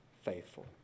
Faithful